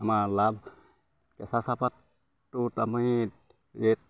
আমাৰ লাভ কেঁচা চাহপাতটোত আমি ৰেট